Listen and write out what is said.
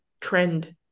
trend